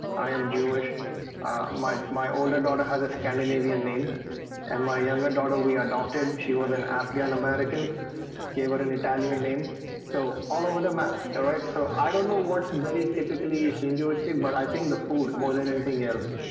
i am jewish my my older daughter has a scandinavian name and my younger daughter we adopted she was an afghan american gave her an italian name so all over the map all right, so, i don't know what's very typically hinduistic but i think the food more than anything else.